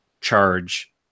charge